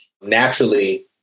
naturally